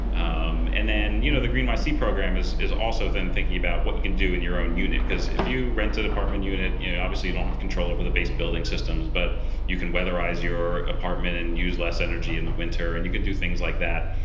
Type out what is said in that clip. um and then you know the greenyc program is is also then thinking about what you can do in your own unit, because if you rent an apartment unit, you obviously don't have control over the base building systems, but you can weatherize your apartment and use less energy in the winter, and you can do things like that.